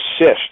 assist